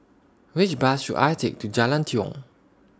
Which Bus should I Take to Jalan Tiong